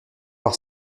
voir